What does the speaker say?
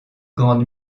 grande